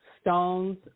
stones